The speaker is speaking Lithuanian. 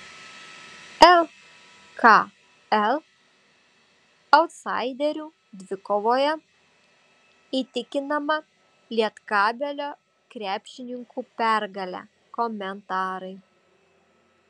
lkl autsaiderių dvikovoje įtikinama lietkabelio krepšininkų pergalė komentarai